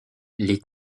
les